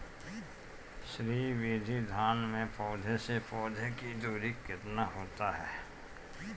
श्री विधि धान में पौधे से पौधे के दुरी केतना होला?